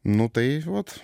nu tai vat